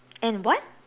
and what